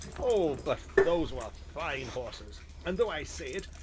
oh, but those were fine horses and though i say it,